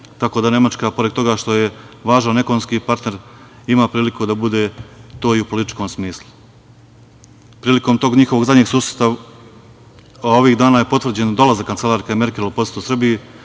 tako da Nemačka pored toga što je važan ekonomski partner ima priliku da bude to i u političkom smislu. Prilikom tog njihovog zadnjeg susreta ovih dana je potvrđen dolazak kancelarke Merkel u posetu Srbiji,